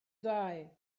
die